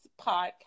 podcast